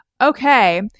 Okay